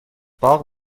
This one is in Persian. باغ